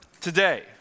today